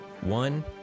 One